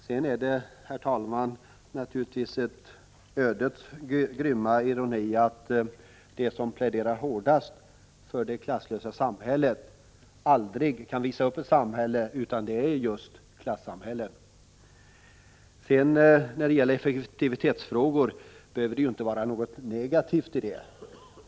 Sedan är det, herr talman, naturligtvis ödets grymma ironi att de som pläderar hårdast för det klasslösa samhället inte kan visa upp något annat samhälle än just klassamhället. När det gäller effektivitet vill jag säga att det inte behöver ligga något negativt i detta.